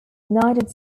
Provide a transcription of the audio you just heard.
united